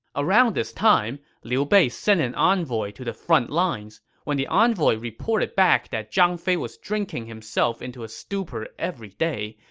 around this time, liu bei sent an envoy to the frontlines. when the envoy reported back that zhang fei was drinking himself into a stupor every day,